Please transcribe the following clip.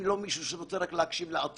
אם זה לא רק מישהו שרוצה רק להקשיב לעצמו,